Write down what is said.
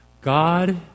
God